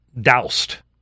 doused